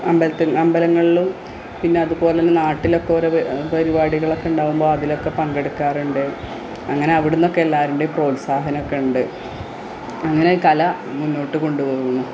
അമ്പലത്തില് അമ്പലങ്ങളിലും പിന്നത് പോലെതന്നെ നാട്ടിലൊക്കെ ഓരോ പരിപാടികളൊക്കെ ഉണ്ടാവുമ്പോള് അതിലൊക്കെ പങ്കെടുക്കാറുണ്ട് അങ്ങനവിടുന്നൊക്കെ എല്ലാവരുടെയും പ്രോത്സാഹനമൊക്കെയുണ്ട് അങ്ങനെ കല മുന്നോട്ട് കൊണ്ടുപോകുന്നു